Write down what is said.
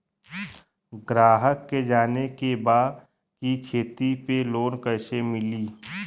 ग्राहक के जाने के बा की खेती पे लोन कैसे मीली?